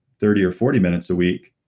thirty or forty minutes a week,